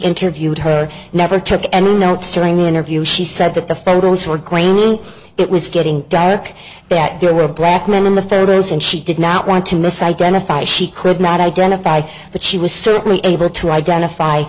interviewed her never took any notes during the interview she said that the fellow it was getting dark that there were a black man in the photos and she did not want to misidentify she could not identify but she was certainly able to identify